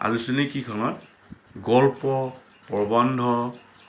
আলোচনীকেইখনত গল্প প্ৰবন্ধ